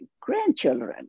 grandchildren